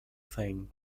thing